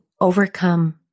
overcome